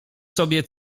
sobie